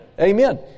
Amen